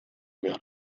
hogar